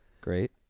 Great